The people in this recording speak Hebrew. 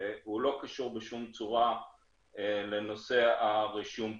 הוא לא קשור בשום צורה לנושא רישום הכניסות.